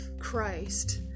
Christ